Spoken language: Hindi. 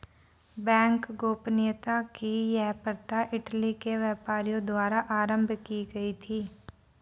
बैंक गोपनीयता की यह प्रथा इटली के व्यापारियों द्वारा आरम्भ की गयी थी